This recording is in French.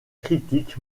critique